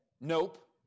nope